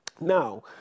Now